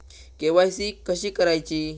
KYC कशी करायची?